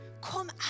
Come